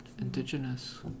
indigenous